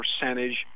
percentage